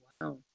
Wow